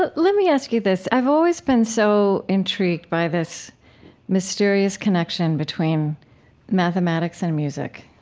but let me ask you this. i've always been so intrigued by this mysterious connection between mathematics and music.